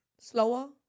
Slower